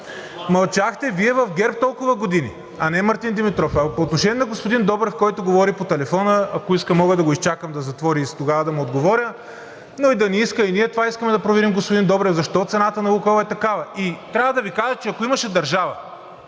Мълчахте Вие в ГЕРБ толкова години, а не Мартин Димитров. А по отношение на господин Добрев, който говори по телефона. Ако иска, мога да го изчакам да затвори и тогава да му отговоря, но и да не иска… И ние искаме това да проверим, господин Добрев – защо цената на „Лукойл” е такава? Трябва да Ви кажа, че ако имаше държава